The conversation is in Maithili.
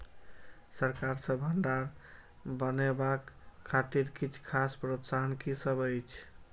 सरकार सँ भण्डार बनेवाक खातिर किछ खास प्रोत्साहन कि सब अइछ?